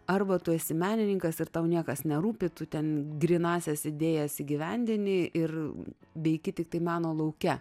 arba tu esi menininkas ir tau niekas nerūpi tu ten grynąsias idėjas įgyvendini ir beigi tiktai meno lauke